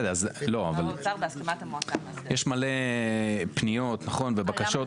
נכון, יש מלא פניות ובקשות.